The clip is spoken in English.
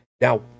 Now